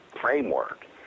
framework